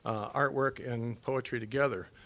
artwork and poetry together.